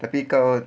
tapi kau